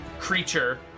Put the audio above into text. creature